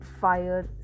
fire